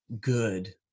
good